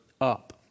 up